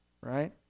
Right